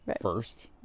first